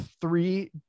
three